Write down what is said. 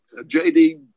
jd